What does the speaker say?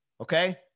Okay